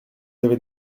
avez